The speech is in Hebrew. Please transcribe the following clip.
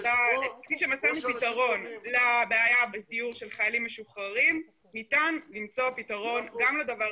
ביום שני בעשר ישיבת מעקב.